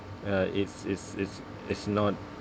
ya it's it's it's it's not